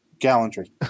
gallantry